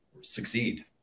succeed